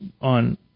on